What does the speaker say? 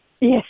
Yes